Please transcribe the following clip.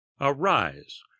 Arise